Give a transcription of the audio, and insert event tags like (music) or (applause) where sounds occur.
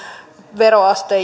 veroaste (unintelligible)